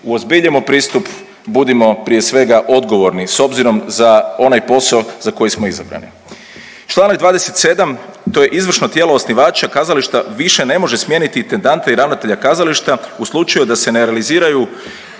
uozbiljimo pristup, budimo prije svega odgovorni s obzirom za onaj posao za koji smo izabrani.